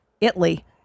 Italy